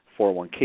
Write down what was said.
401k